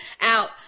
out